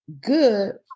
good